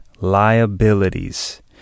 Liabilities